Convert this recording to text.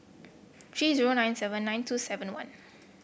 three zero nine seven nine two seven one